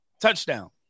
touchdown